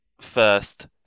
first